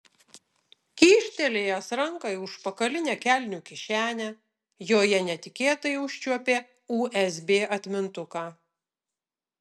kyštelėjęs ranką į užpakalinę kelnių kišenę joje netikėtai užčiuopė usb atmintuką